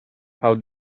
how